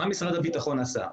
מה משרד הביטחון עשה?